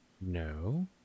No